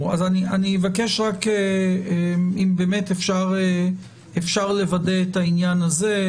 אז אני אבקש רק אם באמת אפשר לוודא את העניין הזה,